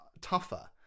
tougher